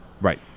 Right